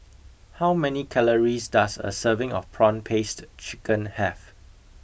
how many calories does a serving of prawn paste chicken have